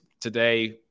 today